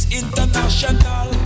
international